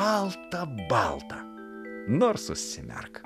balta balta nors užsimerk